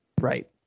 right